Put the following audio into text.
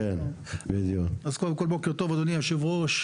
בוקר טוב אדוני היושב ראש,